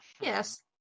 Yes